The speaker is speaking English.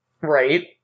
Right